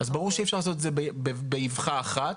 ברור שאי אפשר לעשות את זה באבחה אחת,